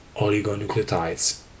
oligonucleotides